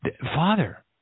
father